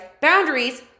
Boundaries